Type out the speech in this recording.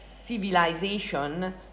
civilization